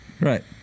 Right